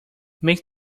make